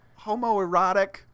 homoerotic